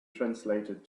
translated